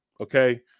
Okay